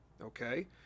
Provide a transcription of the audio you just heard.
okay